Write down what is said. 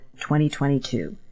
2022